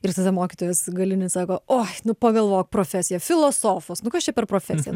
ir tada mokytojas galinis sako oi nu pagalvok profesijas filosofas nu kas čia per profesija